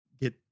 get